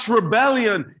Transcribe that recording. rebellion